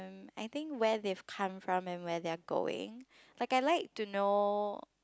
I think where they've come from and where they are going like I like to know